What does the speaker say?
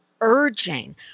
urging